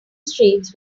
streets